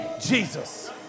Jesus